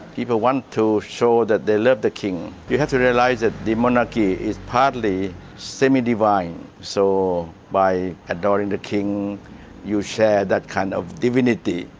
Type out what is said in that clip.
people want to show that they love the king. you have to realise that the monarchy is partly semi-divine, so by adoring the king you share that kind of divinity.